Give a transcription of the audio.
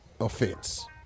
offense